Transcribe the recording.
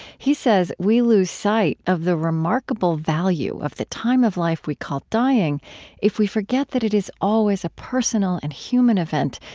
he says we lose sight of the remarkable value of the time of life we call dying if we forget that it is always a personal and human event,